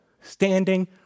standing